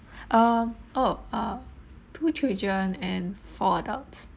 uh oh uh two children and four adults